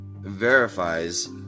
verifies